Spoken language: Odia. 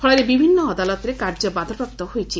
ଫଳରେ ବିଭିନ୍ନ ଅଦାଲତରେ କାର୍ଯ୍ୟ ବାଧାପ୍ରାପ୍ତ ହୋଇଛି